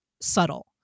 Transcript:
subtle